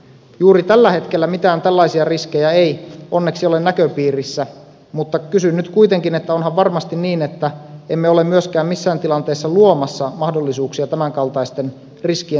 juuri tällä hetkellä mitään tällaisia riskejä ei onneksi ole näköpiirissä mutta kysyn nyt kuitenkin että onhan varmasti niin että emme ole myöskään missään tilanteessa luomassa mahdollisuuksia tämänkaltaisten riskien syntymiseen